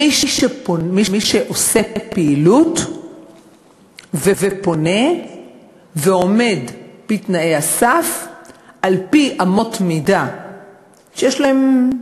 מי שעושה פעילות ופונה ועומד בתנאי הסף על-פי אמות מידה שיש בהן,